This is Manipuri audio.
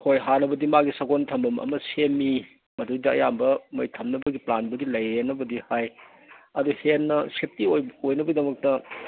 ꯍꯣꯏ ꯍꯥꯟꯅꯕꯨꯗꯤ ꯃꯥꯒꯤ ꯁꯒꯣꯟ ꯊꯝꯕꯝ ꯑꯃ ꯁꯦꯝꯃꯤ ꯃꯗꯩꯗ ꯑꯌꯥꯝꯕ ꯃꯣꯏ ꯊꯝꯅꯕꯒꯤ ꯄ꯭ꯂꯥꯟꯕꯨꯗꯤ ꯂꯩꯌꯦꯅꯕꯨꯗꯤ ꯍꯥꯏ ꯑꯗꯣ ꯍꯦꯟꯅ ꯁꯦꯐꯇꯤ ꯑꯣꯏꯅꯕꯩꯗꯃꯛꯇ